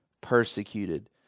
persecuted